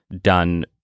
done